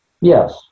Yes